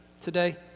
today